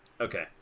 Okay